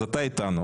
אז אתה איתנו,